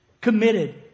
Committed